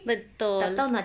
betul